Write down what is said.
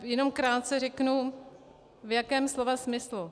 Jenom krátce řeknu, v jakém slova smyslu.